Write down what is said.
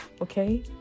okay